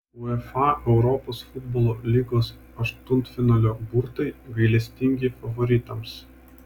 uefa europos futbolo lygos aštuntfinalio burtai gailestingi favoritams